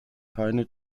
keine